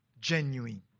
genuine